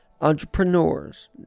entrepreneurs